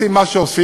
עושים מה שעושים,